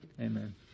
amen